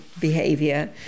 behavior